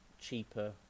cheaper